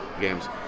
games